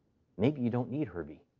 maybe you don't need herbie.